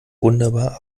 wunderbar